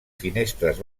finestres